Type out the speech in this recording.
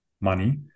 money